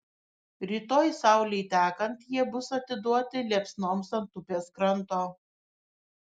rytoj saulei tekant jie bus atiduoti liepsnoms ant upės kranto